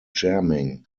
jamming